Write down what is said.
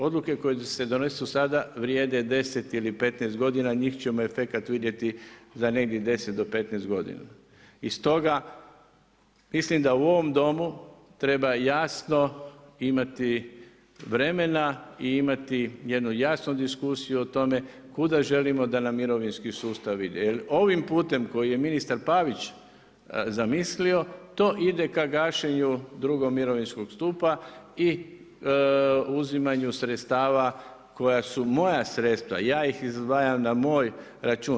Odluke koje se donesu sada vrijede 10 ili 15 godina, njihov efekat ćemo vidjeti za negdje 10 do 15 godina i stoga mislim da u ovom Domu treba jasno imati vremena i imati jednu jasnu diskusiju o tome kuda želimo da nam mirovinski sustav ide jer ovim putem koje je ministar Pavić zamislio, to ide ka gašenju drugog mirovinskog stupa i uzimanju sredstava koja su moja sredstva, ja ih izdvajam na moj račun.